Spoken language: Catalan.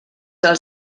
els